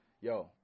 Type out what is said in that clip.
yo